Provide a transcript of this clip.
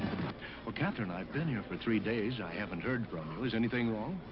but katherine, i've been here for three days. i haven't heard from you. is anything wrong?